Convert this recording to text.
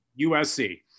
USC